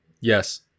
yes